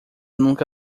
nunca